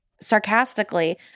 sarcastically